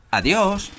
adiós